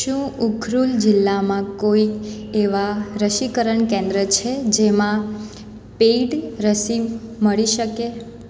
શું ઉખરુલ જિલ્લામાં કોઈ એવાં રસીકરણ કેન્દ્ર છે જેમાં પેઈડ રસી મળી શકે